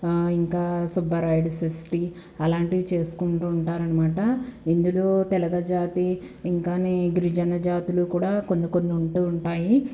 ఇంకా సుబ్బారాయుడు సృష్టి అలాంటివి చేసుకుంటూ ఉంటారనమాటా ఇందులో తెలగ జాతి ఇంకానీ ఈ గిరిజన జాతులు వారు కొన్ని కొన్ని ఉంటూ ఉంటాయి